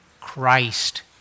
Christ